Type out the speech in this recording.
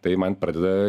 tai man pradeda